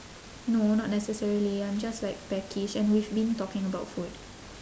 no not necessarily I'm just like peckish and we've been talking about food